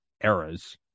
eras